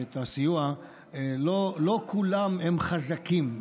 לא כולם חזקים.